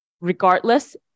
regardless